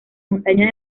montañas